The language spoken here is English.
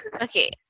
Okay